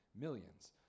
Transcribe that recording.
millions